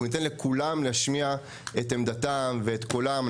ניתן לכולם להשמיע את עמדתם ואת קולם.